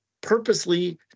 purposely